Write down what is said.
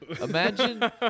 Imagine